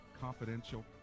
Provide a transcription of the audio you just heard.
confidential